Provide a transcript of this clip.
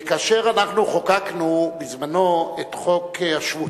כאשר אנחנו חוקקנו בזמנו את חוק השבות,